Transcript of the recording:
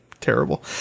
terrible